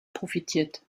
profitiert